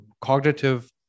cognitive